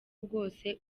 bwose